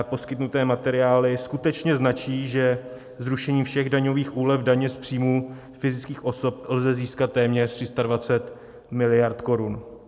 Poskytnuté materiály skutečně značí, že zrušením všech daňových úlev daně z příjmů fyzických osob, lze získat téměř 320 mld. korun.